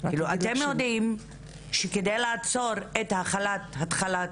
אתם יודעים שכדי לעצור את החלת החוק,